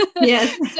yes